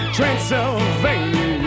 Transylvania